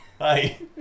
Hi